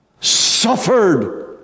suffered